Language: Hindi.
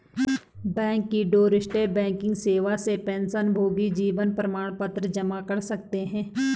बैंक की डोरस्टेप बैंकिंग सेवा से पेंशनभोगी जीवन प्रमाण पत्र जमा कर सकते हैं